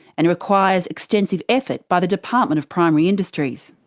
and requires extensive effort by the department of primary industries.